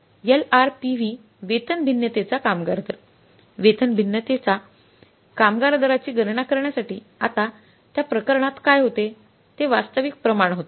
LRPV वेतन भिन्नतेचा कामगार दर वेतन भिन्नतेच्याकामगार दराची गणना करण्यासाठी आता त्या प्रकरणात काय होते ते वास्तविक प्रमाण होते